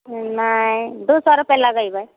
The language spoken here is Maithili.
हूँ नहि दू सए रुपे लगेबै